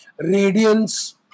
radiance